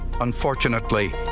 Unfortunately